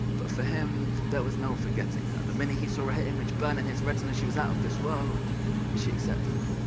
but for him, there was no forgetting her, the minute he saw her her image burned in his retina, she was out of this world, and she accepted him,